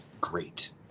Great